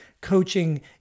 coaching